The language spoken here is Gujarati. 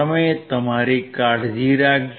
તમે તમારી કાળજી રાખજો